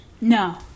No